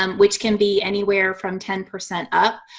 um which can be anywhere from ten percent up.